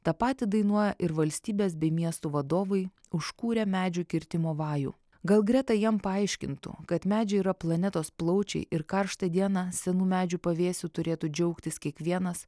tą patį dainuoja ir valstybės bei miestų vadovai užkūrę medžių kirtimo vajų gal greta jam paaiškintų kad medžiai yra planetos plaučiai ir karštą dieną senų medžių pavėsiu turėtų džiaugtis kiekvienas